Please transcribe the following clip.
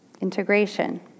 Integration